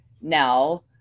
now